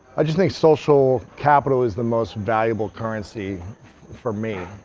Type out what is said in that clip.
i just think social capital is the most valuable currency for me.